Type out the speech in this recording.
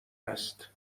است